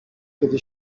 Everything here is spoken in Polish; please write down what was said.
kiedy